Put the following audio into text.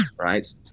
right